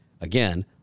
again